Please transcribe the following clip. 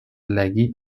legi